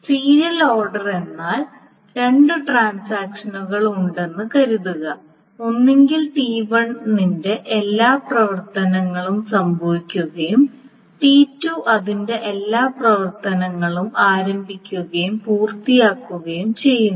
serial order എന്നാൽ രണ്ട് ട്രാൻസാക്ഷനുകൾ ഉണ്ടെന്ന് കരുതുക ഒന്നുകിൽ T1 ന്റെ എല്ലാ പ്രവർത്തനങ്ങളും സംഭവിക്കുകയും T2 അതിന്റെ എല്ലാ പ്രവർത്തനങ്ങളും ആരംഭിക്കുകയും പൂർത്തിയാക്കുകയും ചെയ്യുന്നു